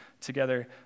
together